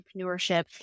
entrepreneurship